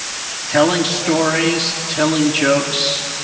telling stories, telling jokes,